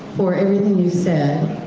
for everything you said,